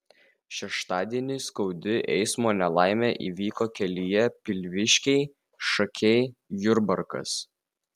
šeštadienį skaudi eismo nelaimė įvyko kelyje pilviškiai šakiai jurbarkas